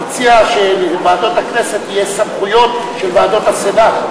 הציע שלוועדות הכנסת יהיו סמכויות של ועדות הסנאט,